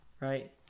right